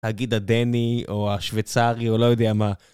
תגיד, הדני, או השווצרי, או לא יודע מה.